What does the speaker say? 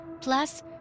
Plus